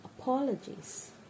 apologies